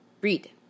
read